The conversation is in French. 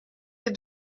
des